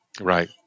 Right